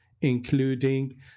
including